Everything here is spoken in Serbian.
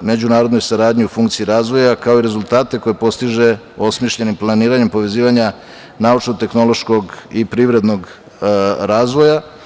međunarodnoj saradnji u funkciji razvoja, kao i rezultate koje postiže osmišljenim planiranjem povezivanja naučno-tehnološkog i privrednog razvoja.